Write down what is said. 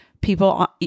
people